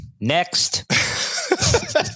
next